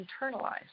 internalized